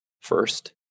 first